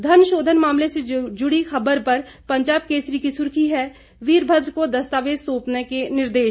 धन शोधन मामले से जुड़ी खबर पर पंजाब केसरी की सुर्खी है वीरभद्र को दस्तावेज सौंपने के निर्देश